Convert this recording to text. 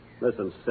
Listen